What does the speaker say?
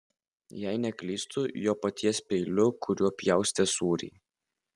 jei neklystu jo paties peiliu kuriuo pjaustė sūrį